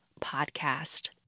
podcast